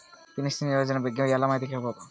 Pension ಯೋಜನ ಬಗ್ಗೆ ಮಾಹಿತಿ ಎಲ್ಲ ಕೇಳಬಹುದು?